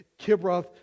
kibroth